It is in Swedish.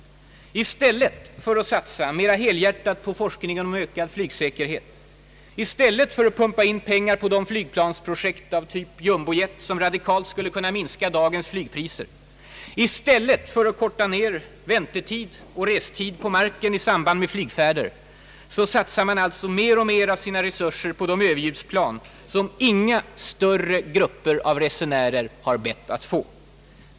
I stäl let för att satsa mer helhjärtat på forskningen om ökad flygsäkerhet, i stället för att pumpa in pengar på de flygplansprojekt av typ Jumbo-jet som radikalt skulle minska dagens flygpriser, i stället för att korta ner väntetid och restid på marken i samband med flygfärder satsar man alltså mer och mer av sina resurser på de överljudsplan som inga större grupper av resenärer har bett att få.